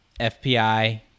FPI